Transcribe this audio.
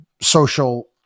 social